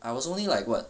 I was only like what